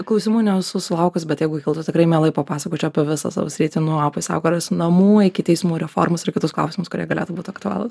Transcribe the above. klausimų nesu sulaukus bet jeigu kiltų tikrai mielai papasakočiau apie visą savo sritį nuo pusiaukelės namų iki teismų reformos ir kitus klausimus kurie galėtų būti aktualūs